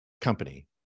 company